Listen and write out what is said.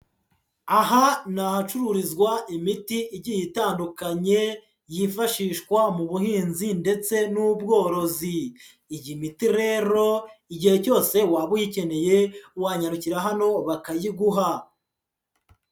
Aha ni ahacururizwa imiti igiye itandukanye yifashishwa mu buhinzi ndetse n'ubworozi. Iyi miti rero, igihe cyose waba uyikeneye wanyarukira hano bakayiguha.